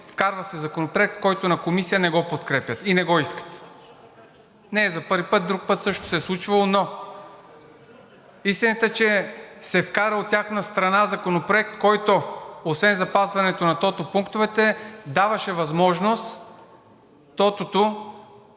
вкарва се законопроект, който в Комисията не го подкрепят и не го искат. Не е за първи път, друг път също се е случвало, но истината е, че се вкара от тяхна страна законопроект, който освен запазването на тотопунктовете даваше възможност тотото,